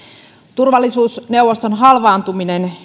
turvallisuusneuvoston halvaantuminen